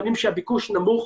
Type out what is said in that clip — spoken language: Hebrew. בימים שהביקוש נמוך,